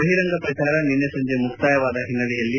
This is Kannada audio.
ಬಹಿರಂಗ ಪ್ರಚಾರ ನಿನ್ನೆ ಸಂಜೆ ಮುಕ್ತಾಯವಾದ ಹಿನ್ನೆಲೆಯಲ್ಲಿ